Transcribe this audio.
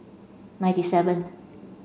ninety seven